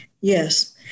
Yes